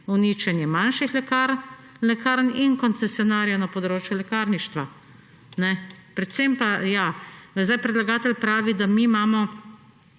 uničenje manjših lekarn in koncesionarjev na področju lekarništva. Predvsem pa, ja, zdaj predlagatelj pravi, da mi imamo